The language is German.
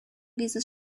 dieses